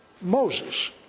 Moses